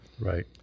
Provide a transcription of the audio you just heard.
right